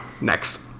Next